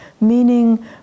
meaning